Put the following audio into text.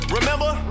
Remember